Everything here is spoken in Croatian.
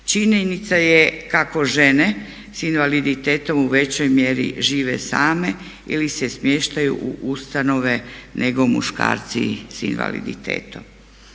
Činjenica je kako žene s invaliditetom u većoj mjeri žive same ili se smještaju u ustanove nego muškarci s invaliditetom.